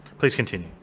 please continue.